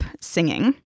singing-